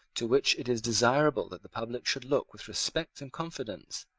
to which it is desirable that the public should look with respect and confidence,